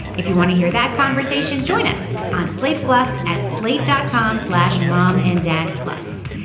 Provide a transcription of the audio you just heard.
if you want to hear that conversation join us on slate plus at slate dot com slash mom and dad plus.